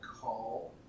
call